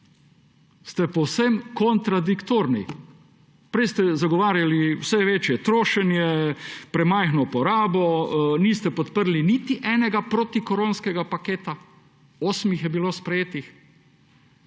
ste povsem kontradiktorni. Prej ste zagovarjali vse večje trošenje, premajhno porabo, niste podprli niti enega protikoronskega paketa; osem jih je bilo sprejetih.